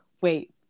wait